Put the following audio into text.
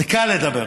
זה קל לדבר,